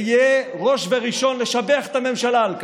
אהיה ראש וראשון לשבח את הממשלה על כך.